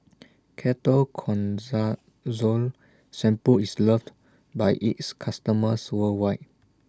Ketoconazole Shampoo IS loved By its customers worldwide